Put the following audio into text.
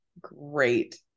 great